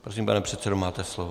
Prosím, pane předsedo, máte slovo.